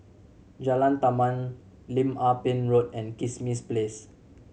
Jalan Taman Lim Ah Pin Road and Kismis Place